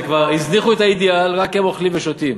כאן כבר הזניחו את האידיאל, הם רק אוכלים ושותים.